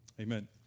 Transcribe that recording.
amen